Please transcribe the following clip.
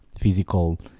physical